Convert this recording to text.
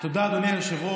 תודה, אדוני היושב-ראש.